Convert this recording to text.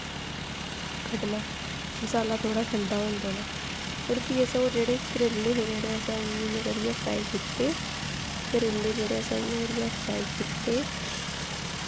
कड्ढना मसाला थोह्ड़ा ठंडा होन देना ते भी असें जेह्ड़े करेले हे इ'यां इ'यां करियै फ्राई कीते दे करेले जेह्ड़े असें इ'यां करियै फ्राई कीते दे